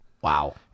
Wow